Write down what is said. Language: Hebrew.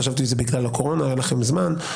וחשבתי שזה בגלל שלא היה לכם זמן בקורונה;